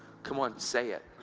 go on, say it!